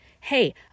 hey